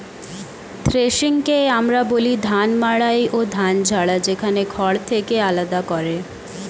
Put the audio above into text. থ্রেশিংকে আমরা বলি ধান মাড়াই ও ধান ঝাড়া, যেখানে খড় থেকে আলাদা করে